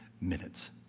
minutes